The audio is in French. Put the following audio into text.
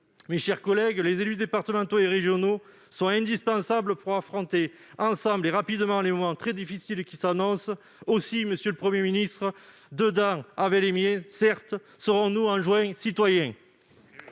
Mes chers collègues, les élus départementaux et régionaux sont indispensables pour affronter ensemble et rapidement les moments très difficiles qui s'annoncent. Monsieur le Premier ministre, dedans avec les miens, certes, mais serons-nous en juin citoyens